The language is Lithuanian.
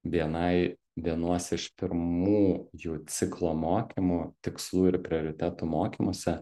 bni vienuose iš pirmųjų ciklo mokymų tikslų ir prioritetų mokymuose